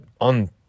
on